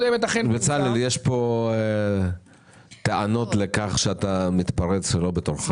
יש פה טענות על כך שאתה מתפרץ פה לא בתור חבר כנסת.